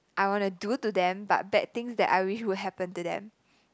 I wanna do to them but bad things that I wish would happen to them